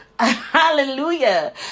hallelujah